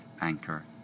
Anchor